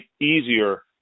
easier